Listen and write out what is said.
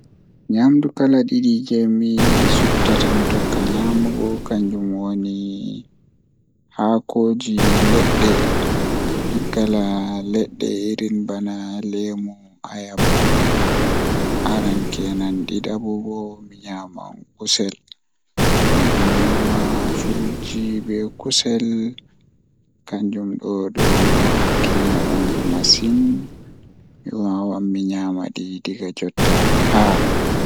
Nyamdu kala didi jei mi suptata mi tokka nyamugo kanjum woni haako ledde kala ledde irin bana lemo ayaba aran kenan didi bo mi nyaman kusel to mi nyama frutji be kusel kanjum do don woitina bandu masin mi wawan mi nyama haa